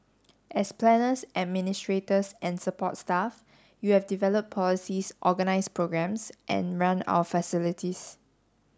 as planners administrators and support staff you have developed policies organised programmes and run our facilities